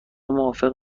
موافق